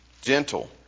gentle